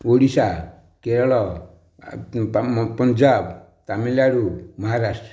Odisha Kerala Punjab Tamil Nadu Maharashtra